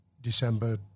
December